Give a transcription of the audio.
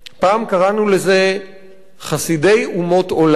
פעם קראנו לזה חסידי אומות עולם.